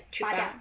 拔牙